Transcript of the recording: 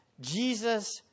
Jesus